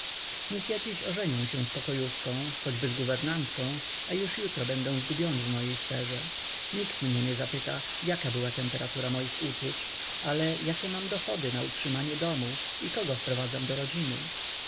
ja dziś ożenię się z pokojówką choćby z guwernantką a już jutro będę zgubiony w mojej sferze nikt mnie nie zapyta jaką była temperatura moich uczuć ale jakie mam dochody na utrzymanie domu i kogo wprowadzam do rodziny